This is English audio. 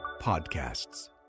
Podcasts